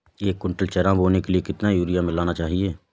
एक कुंटल चना बोने के लिए कितना यूरिया मिलाना चाहिये?